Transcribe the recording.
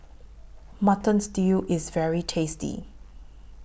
Mutton Stew IS very tasty